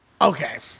Okay